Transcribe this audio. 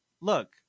look